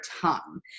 tongue